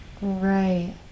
right